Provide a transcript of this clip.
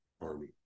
Army